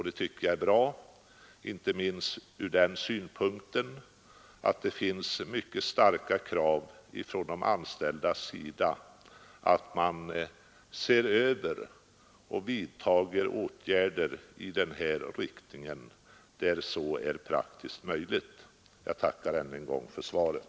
Det tycker jag är bra, inte minst ur den synpunkten att det finns mycket starka krav från de anställda på att man ser över verksamheten och vidtar åtgärder i den här angivna riktningen där så är praktiskt möjligt. Jag tackar ännu en gång för svaret.